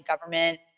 government